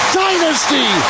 dynasty